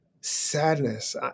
sadness